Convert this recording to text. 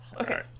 Okay